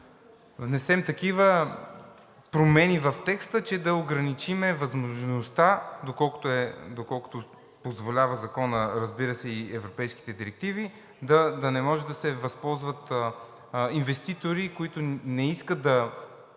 внесем такива промени в текста, че да ограничим възможността, доколкото позволява Законът, разбира се, и европейските директиви, да не може да се възползват инвеститори, които не искат да